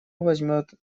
возьмет